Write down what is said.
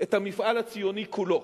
את המפעל הציוני כולו: